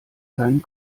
keinen